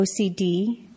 OCD